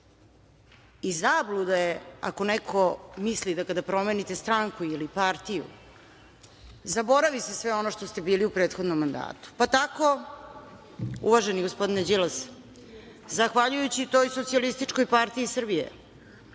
zabluda je ako neko misli da kada promenite stranku ili partiju, zaboravi se sve ono što ste bili u prethodnom mandatu, pa tako uvaženi gospodine Đilas, zahvaljujući toj SPS kojoj ste